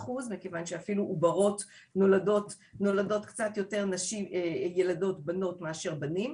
מ-50% וזאת מכיוון שאפילו עוברות נולדות קצת יותר ילדות בנות מאשר בנים,